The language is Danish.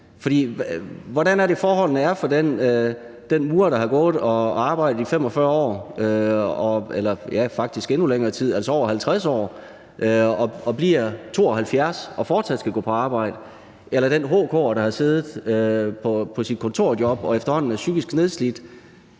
Hvordan er det, forholdene er for den murer, der har gået og arbejdet i 45 år, ja, faktisk endnu længere tid, over 50 år, og bliver 72 og fortsat skal gå på arbejde, eller for den HK'er, der har siddet på sit kontorjob og efterhånden er psykisk nedslidt,